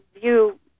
view